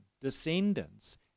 descendants